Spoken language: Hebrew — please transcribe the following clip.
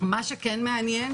מה שכן מעניין,